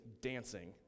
dancing